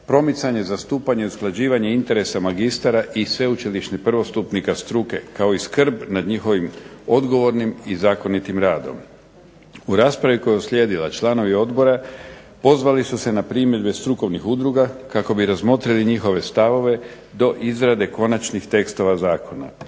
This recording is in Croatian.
promicanje, zastupanje, usklađivanje interesa magistara i sveučilišnih prvostupnika struke kao i skrb nad njihovim odgovornim i zakonitim radom. U raspravi koja je uslijedila članovi odbora pozvali su se na primjedbe strukovnih udruga kako bi razmotrili njihove stavove do izrade konačnih tekstova zakona.